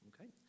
Okay